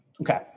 Okay